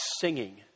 singing